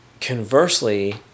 conversely